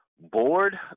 Board